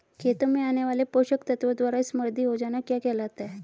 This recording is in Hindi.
खेतों में आने वाले पोषक तत्वों द्वारा समृद्धि हो जाना क्या कहलाता है?